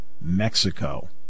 Mexico